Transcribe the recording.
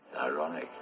Ironic